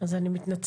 אז אני מתנצלת,